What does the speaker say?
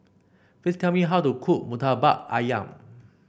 please tell me how to cook murtabak ayam